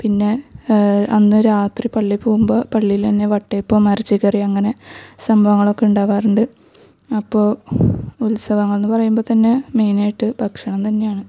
പിന്നെ അന്ന് രാത്രി പള്ളിയിൽ പോകുമ്പോൾ പള്ളിയിൽ തന്നെ വട്ടയപ്പവും ഇറച്ചിക്കറിയും അങ്ങനെ സംഭവങ്ങളൊക്കെ ഉണ്ടാകാറുണ്ട് അപ്പോൾ ഉത്സവങ്ങൾ എന്ന് പറയുമ്പോൾ തന്നെ മെയിനായിട്ട് ഭക്ഷണം തന്നെയാണ്